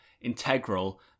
integral